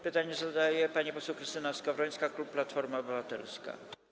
Pytanie zadaje pani poseł Krystyna Skowrońska, klub Platforma Obywatelska.